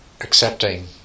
accepting